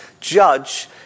judge